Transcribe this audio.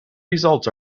results